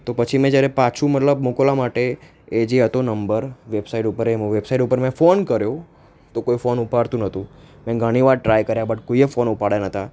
તો પછી મેં જ્યારે પાછું મતલબ મોકલવા માટે એ જે હતો નંબર વેબસાઇટ ઉપર એ મો એ વેબસાઈટ ઉપર મેં ફોન કર્યો તો કોઈ ફોન ઉપાડતું નહોતું મેં ઘણી વાર ટ્રાય કર્યા બટ કોઈએ ફોન ઉપાડ્યા નહોતા